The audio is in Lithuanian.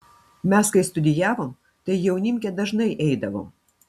mes kai studijavom tai į jaunimkę dažnai eidavom